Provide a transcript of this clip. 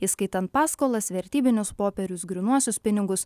įskaitant paskolas vertybinius popierius grynuosius pinigus